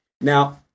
Now